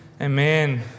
Amen